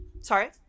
sorry